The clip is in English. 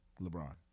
LeBron